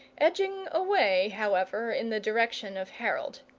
edging away, however, in the direction of harold.